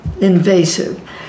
invasive